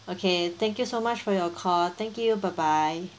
okay thank you so much for your call thank you bye bye